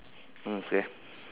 mm K